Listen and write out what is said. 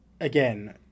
again